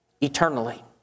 eternally